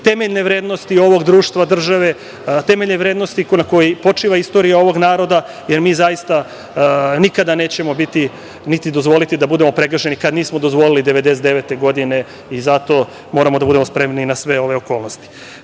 temeljne vrednosti ovog društva, države, temeljne vrednosti na kojoj počiva istorija ovog naroda, jer mi zaista nikada nećemo biti, niti dozvoliti da bude pregaženi, kao što nismo dozvolili 1999. godine i zato moramo da budemo spremni na sve ove okolnosti. Dajte